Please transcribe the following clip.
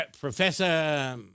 Professor